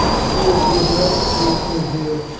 so you would rather stay at home here,